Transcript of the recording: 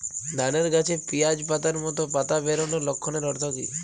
ধানের গাছে পিয়াজ পাতার মতো পাতা বেরোনোর লক্ষণের অর্থ কী?